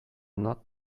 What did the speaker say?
not